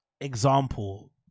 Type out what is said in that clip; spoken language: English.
example